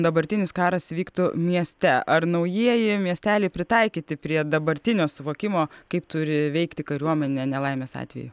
dabartinis karas vyktų mieste ar naujieji miesteliai pritaikyti prie dabartinio suvokimo kaip turi veikti kariuomenė nelaimės atveju